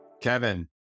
Kevin